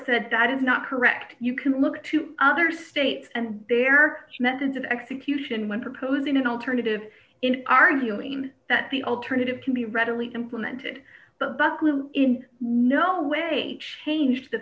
said that is not correct you can look to other states and there are methods of execution when proposing an alternative in arguing that the alternative can be readily implemented but but will in no way change the